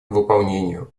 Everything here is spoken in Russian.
выполнению